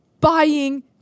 buying